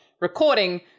recording